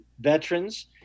veterans